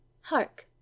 Hark